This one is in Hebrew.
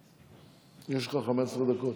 יש לך 15 דקות.